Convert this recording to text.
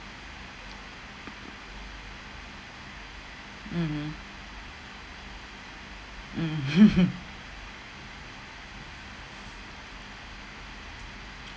mmhmm mmhmm